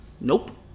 Nope